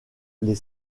les